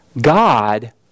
God